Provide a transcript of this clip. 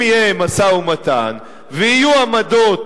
אם יהיה משא-ומתן ויהיו עמדות